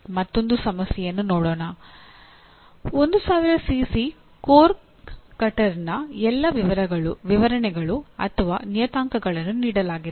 ಮತ್ತೊಂದು ಸಮಸ್ಯೆಯನ್ನು ನೋಡೋಣ 1000 ಸಿಸಿ ಕೋರ್ ಕಟ್ಟರ್ನ ಎಲ್ಲಾ ವಿವರಣೆಗಳು ಅಥವಾ ನಿಯತಾಂಕಗಳನ್ನು ನೀಡಲಾಗಿದೆ